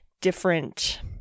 different